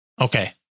Okay